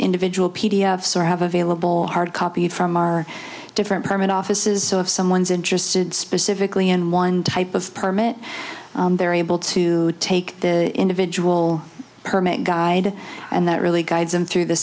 individual p d f sort have available hard copy from our different permit offices so if someone's interested specifically in one type of permit they're able to take the individual permit guide and that really guides them through the